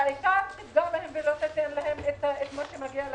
שהעיקר לא לתת להן מה שמגיע להן.